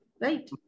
right